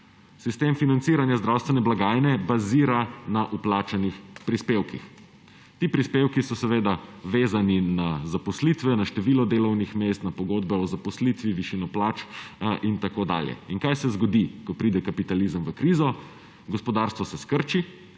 Sistem financiranja zdravstvene blagajne bazira na vplačanih prispevkih. Ti prispevki so seveda vezani na zaposlitve, na število delovnih mest, na pogodbe o zaposlitvi, višino plač in tako dalje. In kaj se zgodi, ko pride kapitalizem v krizo? Gospodarstvo se skrči,